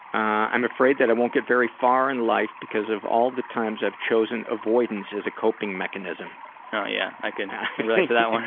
i'm afraid that i won't get very far in life because of all the times i've chosen avoidance as a coping mechanism. oh yeah, i could relate to that